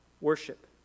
Worship